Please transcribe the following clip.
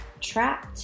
trapped